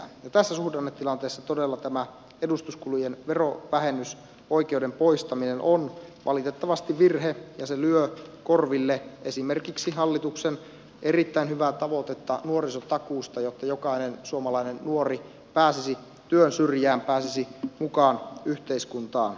tässä suhdannetilanteessa todella tämä edustuskulujen verovähennysoikeuden poistaminen on valitettavasti virhe ja se lyö korville esimerkiksi hallituksen erittäin hyvää tavoitetta nuorisotakuusta jotta jokainen suomalainen nuori pääsisi työn syrjään pääsisi mukaan yhteiskuntaan